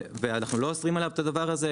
ואנחנו לא אוסרים עליו את הדבר הזה.